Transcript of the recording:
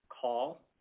call